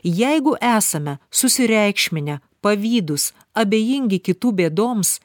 jeigu esame susireikšminę pavydūs abejingi kitų bėdoms